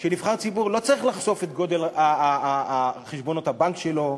שנבחר ציבור לא צריך לחשוף את גודל חשבונות הבנק שלו,